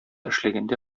эшләгәндә